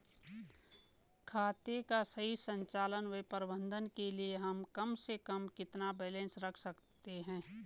खाते का सही संचालन व प्रबंधन के लिए हम कम से कम कितना बैलेंस रख सकते हैं?